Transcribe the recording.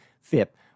FIP